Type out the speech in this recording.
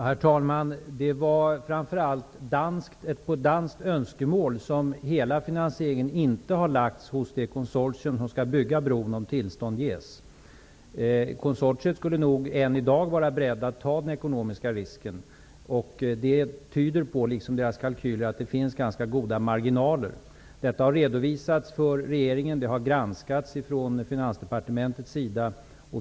Herr talman! Det var framför allt på danskt önskemål som hela finansieringen inte lades hos det konsortium som skall bygga bron, om tillstånd ges. Konsortiet skulle nog än i dag vara berett att ta den ekonomiska risken. Detta, liksom deras kalkyler, tyder på att det finns ganska goda marginaler. Det har redovisats för regeringen. Det har granskats från Finansdepartementets sida.